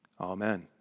Amen